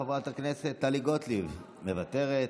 חברת הכנסת טלי גוטליב, מוותרת.